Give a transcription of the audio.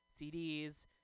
CDs